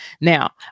Now